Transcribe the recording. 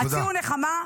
-- הציעו נחמה,